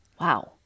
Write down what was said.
Wow